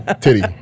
titty